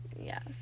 yes